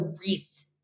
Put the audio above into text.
Reese